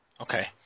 Okay